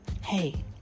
Hey